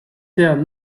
terres